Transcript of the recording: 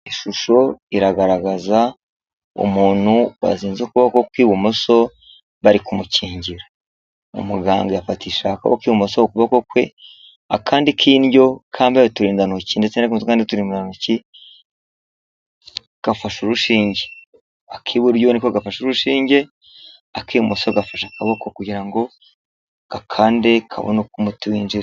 Ishusho iragaragaza umuntu wazinze ukuboko kw'ibumoso bari kumukingira, umuganga yafatishije akaboko k'ibumoso ku kuboko kwe akandi k'indyo kambaye uturindantoki ndetse n'akandi kambaye uturindantoki, gafashe urushinge ak'iburyo niko gafashe urushinge, ak'ibumoso gafashe akaboko kugira ngo gakande kabone uko umuti winjira.